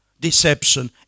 deception